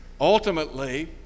ultimately